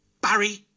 Barry